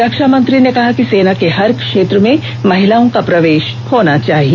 रक्षा मंत्री ने कहा कि सेना के हर क्षेत्र में महिलाओं का प्रवेश होना चाहिए